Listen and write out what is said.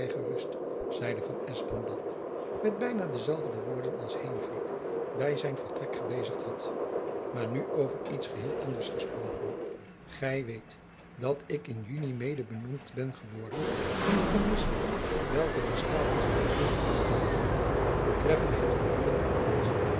gerust zeide van espenblad met byna dezelfde woorden als heenvliet by zijn vertrek gebezigd had maar nu over iets geheel anders gesproken gy weet dat ik in juny mede benoemd ben geworden in de kommissie welke de staten van bericht dienen moet betreffende het vervullen der plaats